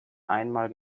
einmal